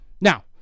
Now